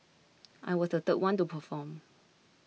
I was the third one to perform